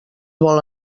vol